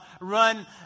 run